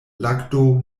lakto